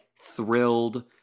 thrilled